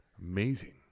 Amazing